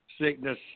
sickness